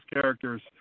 characters